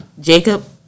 Jacob